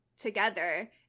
together